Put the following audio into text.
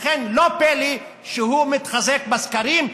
לכן לא פלא שהוא מתחזק בסקרים,